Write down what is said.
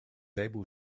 able